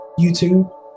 youtube